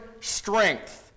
strength